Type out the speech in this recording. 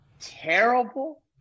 terrible